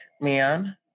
man